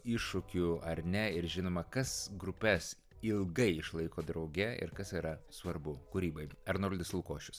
iššūkių ar ne ir žinoma kas grupes ilgai išlaiko drauge ir kas yra svarbu kūrybai arnoldas lukošius